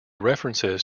references